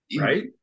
Right